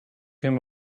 him